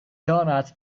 donuts